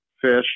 fish